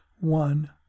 one